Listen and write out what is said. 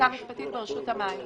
המשפטית ברשות המים.